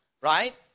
right